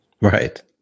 Right